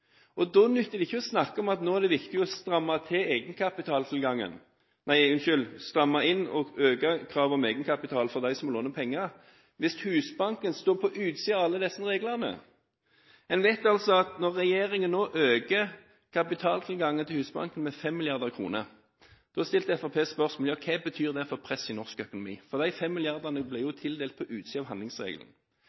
reglene. Da nytter det ikke å snakke om at det nå er viktig å stramme inn og øke kravet om egenkapital for dem som låner penger, hvis Husbanken står på utsiden av alle disse reglene. Man vet altså at da regjeringen økte kapitaltilgangen til Husbanken med 5 mrd. kr, stilte Fremskrittspartiet spørsmål om hva det betydde for presset i norsk økonomi. De fem milliardene ble jo tildelt på utsiden av handlingsregelen.